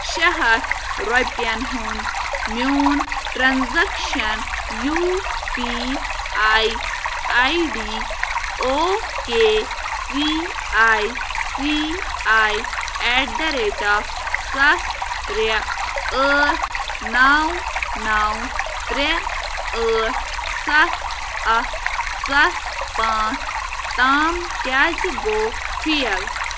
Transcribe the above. شےٚ ہَتھ رۄپیَن ہُنٛد میون transaction U P I I D O K C I C I at the rate of سَتھ ترٛےٚ ٲٹھ نَو نَو ترٛےٚ ٲٹھ سَتھ اَکھ سَتھ پانٛژھ تام کیٛازِ گوٚو فیل